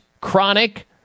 chronic